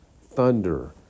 thunder